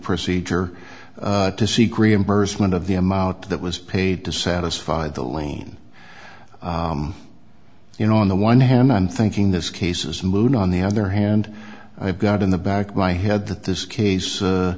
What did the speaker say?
procedure to seek reimbursement of the amount that was paid to satisfy the lane you know on the one hand i'm thinking this case is moon on the other hand i've got in the back of my head that this case